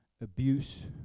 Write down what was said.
abuse